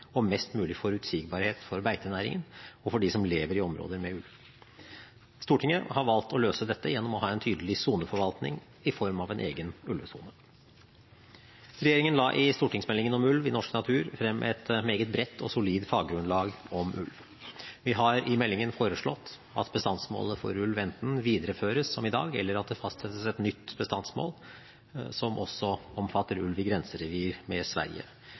og mest mulig forutsigbarhet for beitenæringen og for dem som lever i områder med ulv. Stortinget har valgt å løse dette gjennom å ha en tydelig soneforvaltning i form av en egen ulvesone. Regjeringen la i stortingsmeldingen om ulv i norsk natur frem et meget bredt og solid faggrunnlag om ulv. Vi har i meldingen foreslått at bestandsmålet for ulv enten videreføres som i dag, eller at det fastsettes et nytt bestandsmål som også omfatter ulv i grenserevir med Sverige.